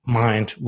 mind